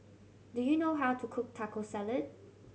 do you know how to cook Taco Salad